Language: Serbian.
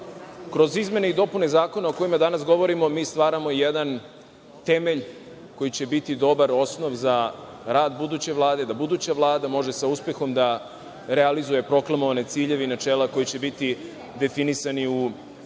kroz izmene i dopune Zakona o kojima danas govorimo mi stvaramo jedan temelj koji će biti dobar osnov za rad buduće Vlade, da buduća Vlada može sa uspehom da realizuje proklamovane ciljeve i načela koji će biti definisani u ekspozeu